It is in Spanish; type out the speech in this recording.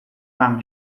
van